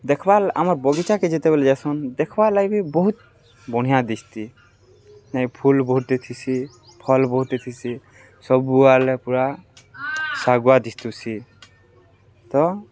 ଦେଖ୍ବାର୍କେ ଆମର୍ ବଗିଚାକେ ଯେତେବେଲେ ଯାସନ୍ ଦେଖ୍ବାର୍କେ ଲାଗି ବି ବହୁତ ବଢ଼ିଆଁ ଦିଶଚ ନାଇ ଫୁଲ ବହୁତ ଏଥିସି ଫ୍ ବହୁତ ଏଥିସି ସବୁ ବୁଆଲେ ପୁରା ଶାଗୁଆ ଦିସି ତ